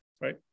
right